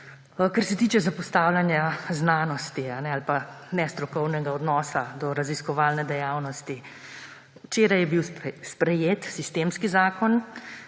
Kar se tiče zapostavljanja znanosti ali nestrokovnega odnosa do raziskovalne dejavnosti. Včeraj je bil sprejet sistemski Zakon